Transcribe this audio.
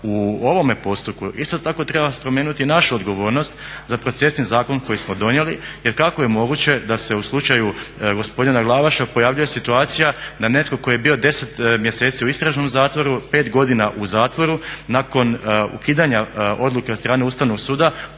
U ovome postupku isto tako treba spomenuti i našu odgovornost za procesni zakon koji smo donijeli jer kako je moguće da se u slučaju gospodina Glavaša pojavljuje situacija da netko tko je bio 10 mjeseci u istražnom zatvoru 5 godina u zatvoru nakon ukidanja odluke od strane Ustavnog suda